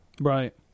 right